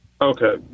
Okay